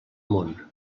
món